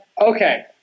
Okay